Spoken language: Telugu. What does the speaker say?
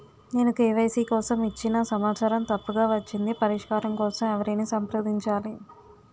నేను కే.వై.సీ కోసం ఇచ్చిన సమాచారం తప్పుగా వచ్చింది పరిష్కారం కోసం ఎవరిని సంప్రదించాలి?